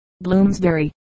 Bloomsbury